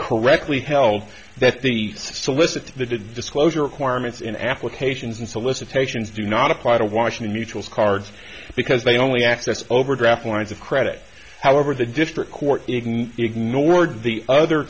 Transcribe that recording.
correctly held that the solicitor the disclosure requirements in applications and solicitations do not apply to washington mutual's cards because they only access overdraft lines of credit however the district court ignored the other